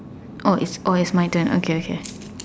oh is oh is my turn okay okay